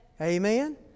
Amen